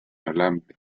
alambre